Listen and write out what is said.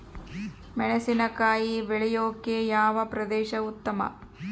ಮೆಣಸಿನಕಾಯಿ ಬೆಳೆಯೊಕೆ ಯಾವ ಪ್ರದೇಶ ಉತ್ತಮ?